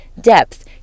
depth